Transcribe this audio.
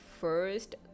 first